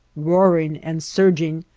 roaring and surging,